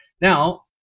Now